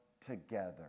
together